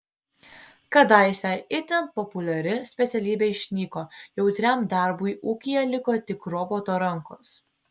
kadaise itin populiari specialybė išnyko jautriam darbui ūkyje liko tik roboto rankos